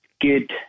good